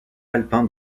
alpin